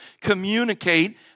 communicate